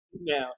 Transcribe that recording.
now